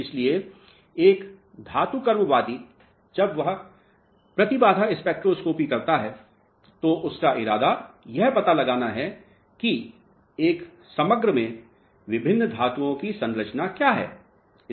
इसलिए एक धातुकर्मवादी जब वह प्रतिबाधा स्पेक्ट्रोस्कोपी करता है तो उसका इरादा यह पता लगाना है कि एक समग्र में विभिन्न धातुओं की संरचना क्या है